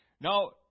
Now